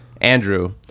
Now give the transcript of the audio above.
andrew